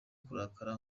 kurakara